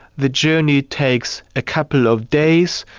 the journey takes a couple of days,